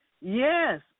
yes